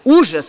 Užas.